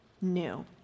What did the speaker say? new